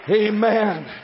Amen